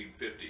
1950